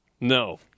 No